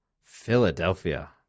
Philadelphia